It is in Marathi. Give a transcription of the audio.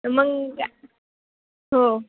मग हो